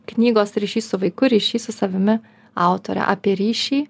knygos ryšys su vaiku ryšys su savimi autore apie ryšį